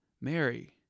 Mary